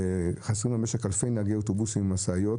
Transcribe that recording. היום חסרים במשק אלפי נהגי אוטובוסים ומשאיות.